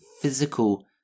physical